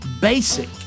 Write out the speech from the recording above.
basic